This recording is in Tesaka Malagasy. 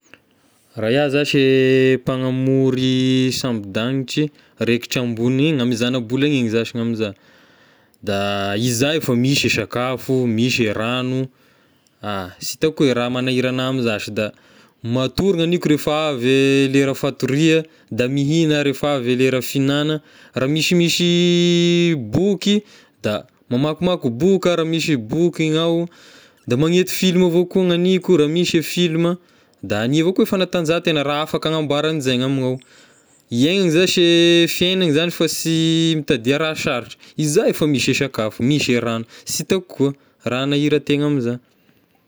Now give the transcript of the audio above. Raha iahy zashy mpanamory sambon-danitry raikitra ambony eny, ame zanabola egny zashy ny ame za, da izà efa misy a sakafo, misy e ragno, ah sy hitako hoe raha manahira agna ame zashy da matory naniko rehefa avy lera fatoria, da mihigna ahy rehefa avy e lera fihignana, raha misimisy boky da mamakimaky boky ah raha misy boky ny ao, da magnety film avao koa naniko raha misy a film ah, da hania avao koa e fanatanjahantena raha afaka agnamboaran' izay ny amign'ny ao, hiagna zashy e fiaignana fa sy mitadia raha sarotra, izà efa misy e sakafo, misy e ragno, sy hita koa raha hagnahira tegna amizany.